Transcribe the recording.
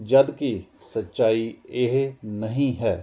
ਜਦੋਂ ਕਿ ਸੱਚਾਈ ਇਹ ਨਹੀਂ ਹੈ